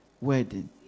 wedding